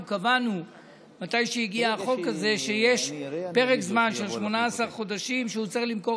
אנחנו קבענו שיש פרק זמן של 18 חודשים שבהם הוא צריך למכור